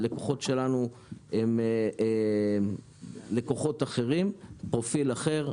הלקוחות שלנו הם לקוחות אחרים עם פרופיל אחר.